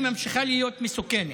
היא ממשיכה להיות מסוכנת.